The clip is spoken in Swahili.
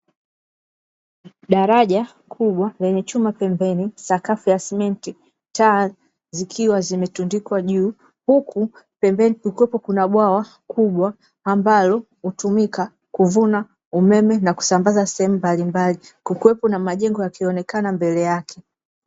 Daraja kubwa lenye chuma pembeni, sakafu ya simenti, taa; zikiwa zimetundikwa juu. Huku pembeni kukiwepo kuna bwawa kubwa ambalo hutumika kuvuna umeme na kusambaza sehemu mbalimbali. Kukiwepo na majengo yakionekana mbele yake.